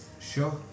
Sure